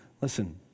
Listen